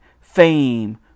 fame